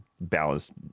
balance